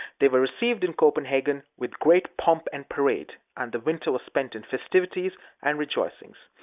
they were received in copenhagen with great pomp and parade, and the winter was spent in festivities and rejoicings.